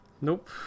Nope